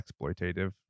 exploitative